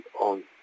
on